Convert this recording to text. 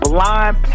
Blind